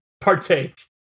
partake